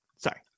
Sorry